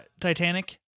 Titanic